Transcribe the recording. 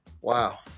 wow